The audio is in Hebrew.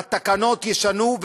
התקנות ישנו,